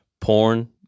porn